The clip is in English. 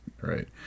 Right